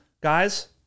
guys